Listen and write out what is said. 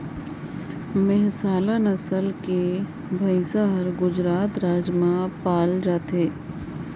मेहसाला नसल कर भंइस हर गुजरात राएज में पाल जाथे